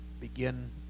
begin